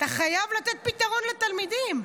אתה חייב לתת פתרון לתלמידים.